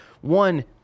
one